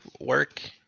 work